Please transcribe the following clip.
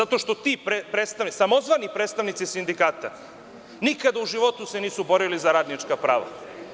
Zato što ti predstavnici, samozvani predstavnici sindikata nikada u životu se nisu borili za radnička prava.